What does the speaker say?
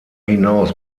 hinaus